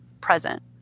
present